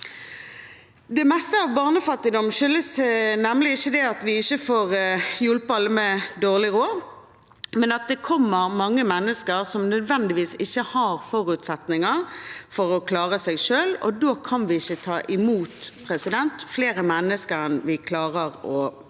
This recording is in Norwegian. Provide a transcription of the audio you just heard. Det meste av barnefattigdom skyldes nemlig ikke at vi ikke får hjulpet alle med dårlig råd, men at det kommer mange mennesker som nødvendigvis ikke har forutsetninger for å klare seg selv. Da kan vi ikke ta imot flere mennesker enn vi klarer å